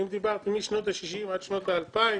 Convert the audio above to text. ודיברנו על שנות ה-60 עד שנות ה-2000.